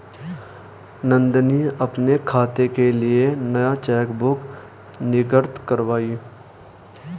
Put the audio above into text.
नंदनी अपने खाते के लिए नया चेकबुक निर्गत कारवाई